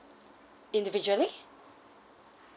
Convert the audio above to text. individually